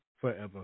forever